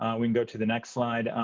i mean go to the next slide.